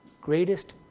greatest